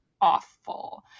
awful